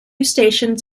stations